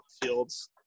fields